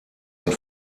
und